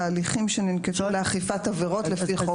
הליכים שננקטו לאכיפת עבירות לפי חוק זה.